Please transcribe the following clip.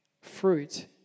fruit